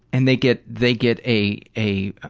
and they get they get a, a,